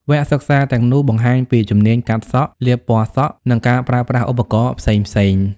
វគ្គសិក្សាទាំងនោះបង្រៀនពីជំនាញកាត់សក់ លាបពណ៌សក់ និងការប្រើប្រាស់ឧបករណ៍ផ្សេងៗ។